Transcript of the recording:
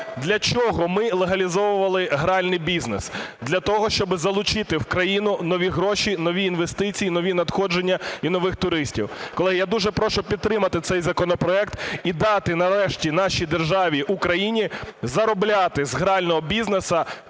для чого ми легалізували гральний бізнес: для того, щоби залучити в країну нові гроші, нові інвестиції, нові надходження і нових туристів. Колеги, я дуже прошу підтримати цей законопроект і дати нарешті нашій державі Україні заробляти з грального бізнесу